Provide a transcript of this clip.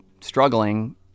struggling